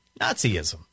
Nazism